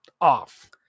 off